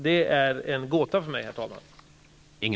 Det är en gåta för mig.